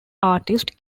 artist